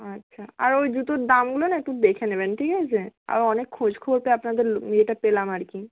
আচ্ছা আর ওই জুতোর দামগুলো না একটু দেখে নেবেন ঠিক আছে আর অনেক খোঁজ করে তো আপনাদের ইয়েটা পেলাম আর কি